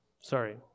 Sorry